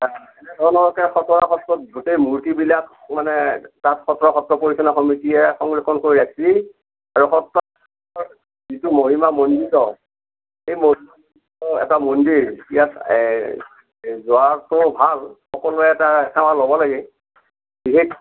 এনে ধৰণৰকৈ খটৰা সত্ৰত গোটেই মূৰ্তিবিলাক মানে তাত খটৰা সত্ৰৰ পৰিচালনা সমিতিয়ে সংৰক্ষণ কৰি ৰাখিছে আৰু সত্ৰত যিটো মহিমামণ্ডিত সেই মহিমামণ্ডিত এটা মন্দিৰ ইয়াত এই যোৱাটো ভাল সকলোৱে এটা সেৱা ল'ব লাগে বিশেষকৈ